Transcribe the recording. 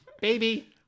baby